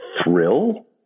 thrill